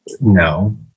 No